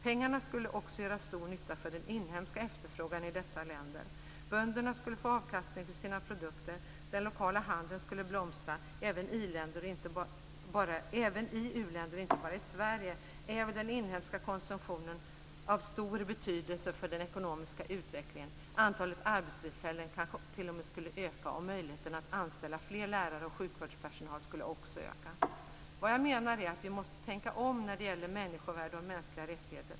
Pengarna skulle också göra nytta för den inhemska efterfrågan i dessa länder. Bönderna skulle få avkastning för sina produkter. Den lokala handeln skulle blomstra. Även i u-länder och inte bara i Sverige är den inhemska konsumtionen av stor betydelse för den ekonomiska utvecklingen. Antalet arbetstillfällen skulle kanske t.o.m. öka. Möjligheten att anställa fler lärare och mer sjukvårdspersonal skulle också öka. Vad jag menar är att vi måste tänka om när det gäller människovärde och mänskliga rättigheter.